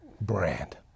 brand